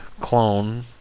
clone